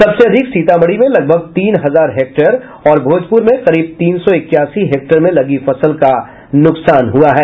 सबसे अधिक सीतामढ़ी में लगभग तीन हजार हेक्टेयर और भोजपुर में करीब तीन सौ इक्यासी हेक्टेयर में लगी फसल का नुकसान हुआ है